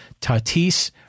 Tatis